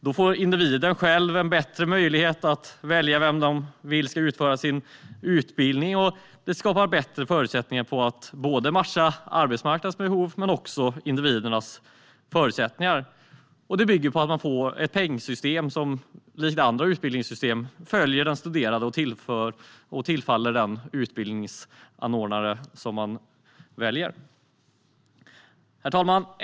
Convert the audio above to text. Då får individen själv en bättre möjlighet att välja utbildningsutförare, och det skapar bättre förutsättningar att både matcha arbetsmarknadens behov och individens förutsättningar. Det bygger på att man får ett pengsystem som, liksom i andra utbildningssystem, följer den studerande och tillfaller den utbildningsanordnare som man väljer. Herr talman!